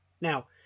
Now